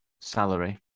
salary